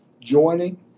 joining